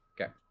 Okay